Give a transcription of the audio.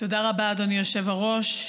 תודה רבה, אדוני היושב-ראש.